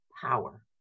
power